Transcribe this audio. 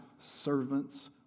servants